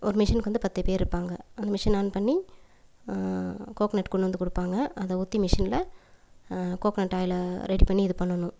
ஒரு மிஷினுக்கு வந்து பத்து பேர் இருப்பாங்க அந்த மிஷின் ஆன் பண்ணி கோக்கனட் கொண்டு வந்து கொடுப்பாங்க அது ஊற்றி மிஷினில் கோக்கனட் ஆயிலை ரெடி பண்ணி இது பண்ணணும்